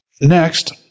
Next